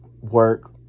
work